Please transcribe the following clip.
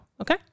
Okay